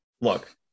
look